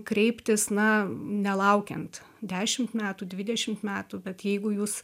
kreiptis na nelaukiant dešimt metų dvidešimt metų bet jeigu jūs